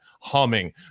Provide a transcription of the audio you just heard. humming